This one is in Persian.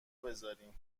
بزارین